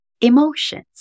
emotions